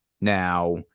Now